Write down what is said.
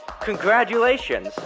Congratulations